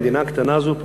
המדינה הקטנה הזאת,